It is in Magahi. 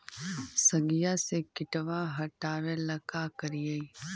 सगिया से किटवा हाटाबेला का कारिये?